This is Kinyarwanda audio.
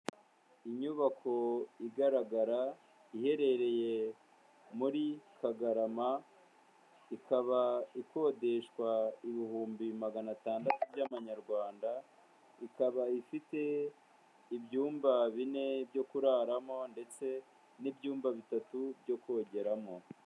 Inyubako igaragara iherereye muri Kagarama, ikaba ikodeshwa ibihumbi magana atandatu by'amanyarwanda, ikaba ifite ibyumba bine byo kuraramo ndetse n'ibyumba bitatu byo kogeramo.